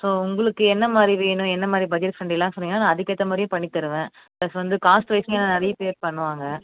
so உங்களுக்கு என்ன மாதிரி வேணும் என்ன மாதிரி பட்ஜெட் ஃப்ரெண்ட்லிலாம் சொன்னிங்கனால் நான் அதுக்கேற்றமாரியும் பண்ணி தருவேன் ப்ளஸ் வந்து காஸ்ட்வைஸ் இங்கே நிறைய பேர் பண்ணுவாங்க